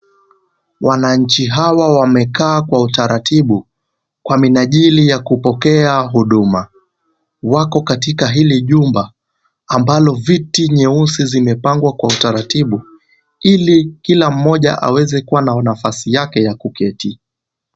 Wananchi hawa wamekaa kwa utaratibu kwa minajili ya kupokea huduma. Wako katika hili jumba ambalo viti nyeusi vimepangwa kwa utaratibu, ili kila mmoja aweze kuwa na nafasi yake ya kuketi.